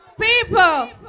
People